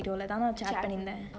chatting